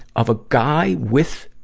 of a guy with,